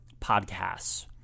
Podcasts